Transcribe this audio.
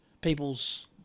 people's